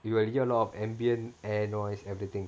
you will hear a lot of ambient air noise everything